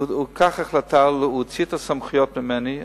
הוא לקח החלטה, הוא הוציא את הסמכויות ממני.